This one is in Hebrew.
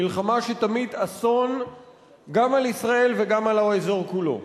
מלחמה שתמיט אסון גם על ישראל וגם על האזור כולו.